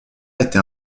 était